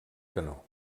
canó